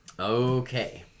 Okay